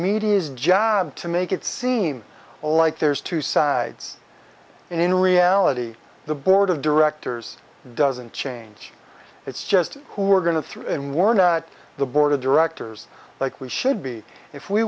media's job to make it seem like there's two sides and in reality the board of directors doesn't change it's just who we're going to throw in we're not the board of directors like we should be if we